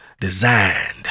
designed